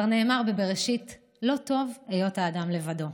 כבר נאמר בבראשית "לא טוב היות האדם לבדו".